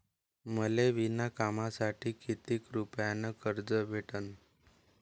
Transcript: मले विणकामासाठी किती रुपयानं कर्ज भेटन?